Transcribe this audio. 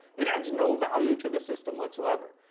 it adds no value to the system whatsoever.